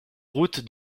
route